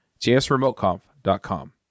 jsremoteconf.com